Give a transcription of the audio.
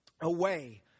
away